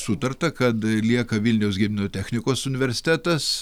sutarta kad lieka vilniaus gedimino technikos universitetas